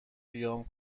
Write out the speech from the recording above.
قیام